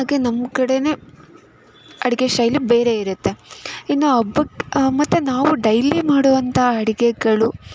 ಹಾಗೇ ನಮ್ಮ ಕಡೆಯೇ ಅಡುಗೆ ಶೈಲಿ ಬೇರೆ ಇರುತ್ತೆ ಇನ್ನು ಹಬ್ಬಕ್ಕೆ ಮತ್ತು ನಾವು ಡೈಲಿ ಮಾಡುವಂಥ ಅಡುಗೆಗಳು